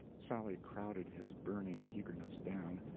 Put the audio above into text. sally crowded his burning eagerness down,